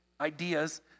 ideas